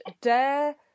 dare